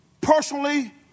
personally